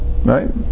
Right